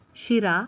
शिरा